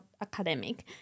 academic